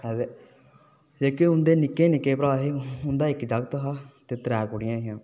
ते जेह्के हुंदे निक्के शा निक्के भ्रा हे हुंदा इक जाक्त हा ते त्रै कूड़ियां हियां